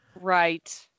Right